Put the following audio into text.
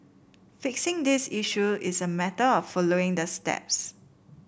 fixing these issue is a matter of following the steps